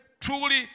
truly